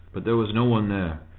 but there was no one.